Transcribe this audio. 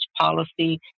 policy